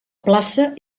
plaça